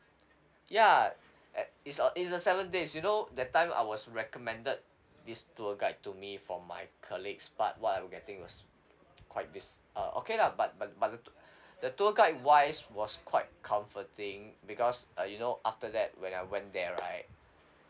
ya at it's a it's a seven days you know that time I was recommended this tour guide to me from my colleagues but what I was getting was quite dis~ uh okay lah but but but the tou~ the tour guide wise was quite comforting because uh you know after that when I went there right